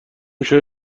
شوی